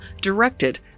directed